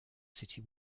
city